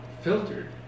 filtered